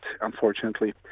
unfortunately